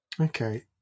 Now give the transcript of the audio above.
okay